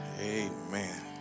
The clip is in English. Amen